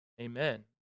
Amen